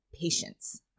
patience